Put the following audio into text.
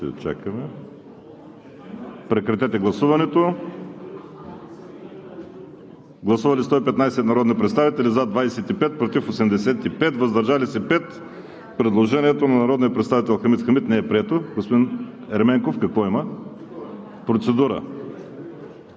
ВАЛЕРИ СИМЕОНОВ: Гласували 115 народни представители: за 25, против 85, въздържали се 5. Предложението на народния представител Хамид Хамид не е прието. Господин Ерменков, какво има? Процедура.